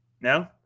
No